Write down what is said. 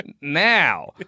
Now